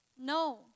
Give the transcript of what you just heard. no